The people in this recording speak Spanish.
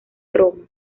roma